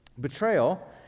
betrayal